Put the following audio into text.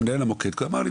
מנהל המוקד אמר לי,